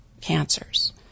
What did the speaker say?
cancers